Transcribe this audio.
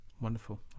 Wonderful